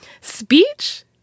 Speech